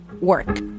work